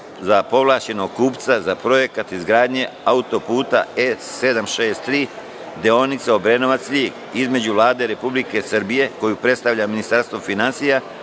za povlašćenog kupca za projekat izgradnje autoputa E763 deonica Obrenovac- Ljig, između Vlade Republike Srbije koju predstavlja Ministarstvo finansija